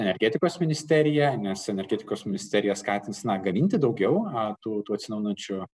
energetikos ministerija nes energetikos ministerija skatins gaminti daugiau tų tų atsinaujinančių